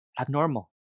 abnormal